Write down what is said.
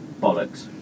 bollocks